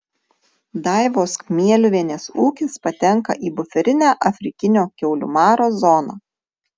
daivos kmieliuvienės ūkis patenka į buferinę afrikinio kiaulių maro zoną